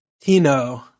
Tino